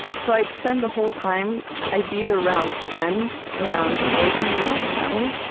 so i'd spend the whole time i'd be around friends, around a boyfriend, around my family,